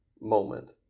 moment